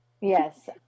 Yes